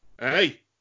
hey